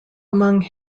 among